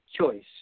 choice